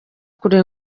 kure